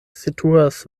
situas